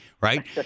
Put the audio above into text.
right